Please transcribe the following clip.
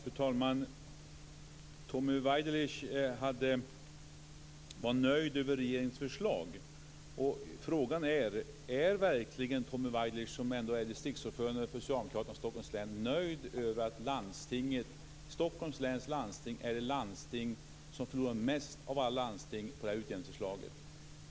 Fru talman! Tommy Waidelich var nöjd med regeringens förslag. Frågan är om Tommy Waidelich, som ändå är distriktsordförande för Socialdemokraterna i Stockholms län, verkligen är nöjd över att Stockholms läns landsting förlorar mest av alla landsting på det här utjämningsförslaget.